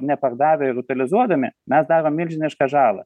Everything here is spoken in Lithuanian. nepardavę ir utilizuodami mes darom milžinišką žalą